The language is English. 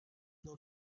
known